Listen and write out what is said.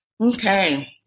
Okay